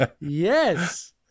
Yes